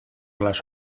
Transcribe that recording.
las